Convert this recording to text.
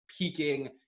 peaking